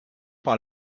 par